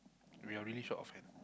we are really short of hand